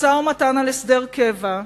משא-ומתן על הסדר קבע,